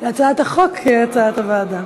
הצעת החוק, כהצעת הוועדה.